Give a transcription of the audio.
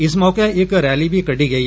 इस मौके इक रैली बी कड्डी गेई